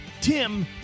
Tim